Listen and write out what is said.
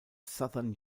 southern